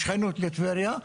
בשכנות לטבריה.